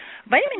Vitamin